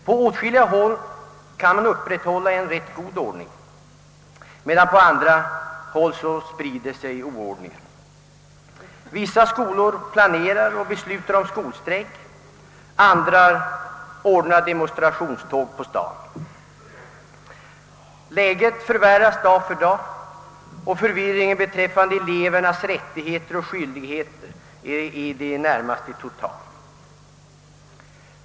På åtskilliga håll kan man upprätthålla en rätt god ordning, medan oordningen sprider sig på andra håll. Vissa skolor planerar och beslutar om skolstrejk, andra ordnar demonstrationståg på stan. Läget förvärras dag för dag. Förvirringen beträffande elevernas rättigheter och skyldigheter är i det närmaste total.